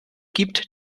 gibt